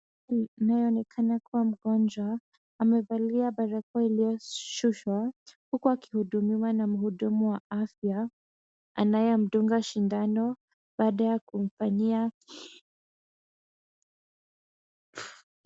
Mtu anayeonekana kuwa mgonjwa, amevalia barakoa iliyoshushwa, huku akihudumia na mhudumu wa afya anayemdunga sindano baada ya kumfanyia.